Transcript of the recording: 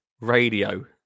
Radio